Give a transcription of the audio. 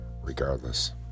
regardless